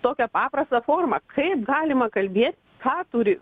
tokią paprastą formą kaip galima kalbėt ką turi